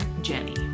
Jenny